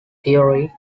theory